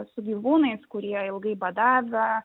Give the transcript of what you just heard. su gyvūnais kurie ilgai badavę